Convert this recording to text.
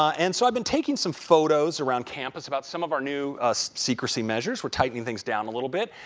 and so, i've been taking some photos around campus about some of our new secrecy measures. we're tightening things down a little bit.